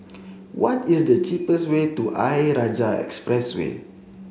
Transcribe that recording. what is the cheapest way to Ayer Rajah Expressway